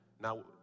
Now